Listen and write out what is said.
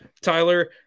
Tyler